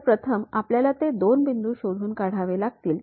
तर प्रथम आपल्याला ते दोन बिंदू शोधून काढावे लागतील